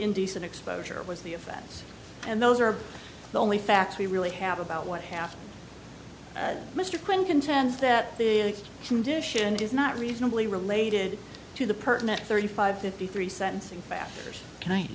indecent exposure was the offense and those are the only facts we really have about what happened mr quinn contends that the condition does not reasonably related to the person at thirty five fifty three sentencing